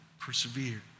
persevere